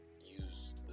use